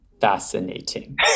fascinating